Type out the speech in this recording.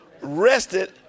Rested